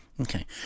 Okay